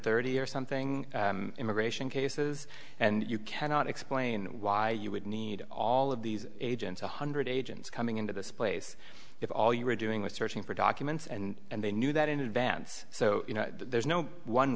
thirty or something immigration cases and you cannot explain why you would need all of these agents one hundred agents coming into this place if all you were doing was searching for documents and they knew that in advance so you know there's no one